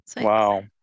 Wow